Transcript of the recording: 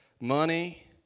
Money